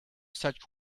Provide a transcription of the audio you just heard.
such